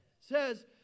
says